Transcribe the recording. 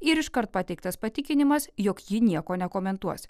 ir iškart pateiktas patikinimas jog ji nieko nekomentuos